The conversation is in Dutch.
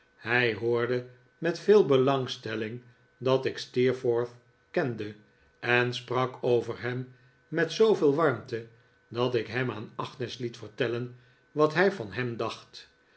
hij hoorde met veel belangstelling dat ik steerforth kende en sprak over hem met zooveel warmte dat ik hem aan agnes liet vertellen wat hij van hem dacht